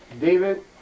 David